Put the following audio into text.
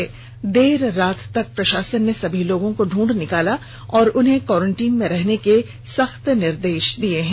कल देर रात तक प्रशासन ने सभी लोगों को ढूंढ निकाला और उन्हें क्वारेंटीन में रहने के सख्त निर्देश दिए हैं